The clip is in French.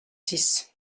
six